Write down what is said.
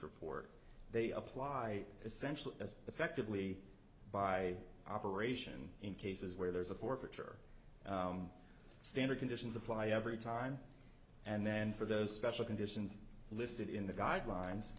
report they apply essentially as effectively by operation in cases where there's a forfeiture standard conditions apply every time and then for those special conditions listed in the guidelines